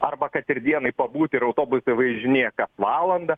arba kad ir dienai pabūti ir autobusai važinėja valandą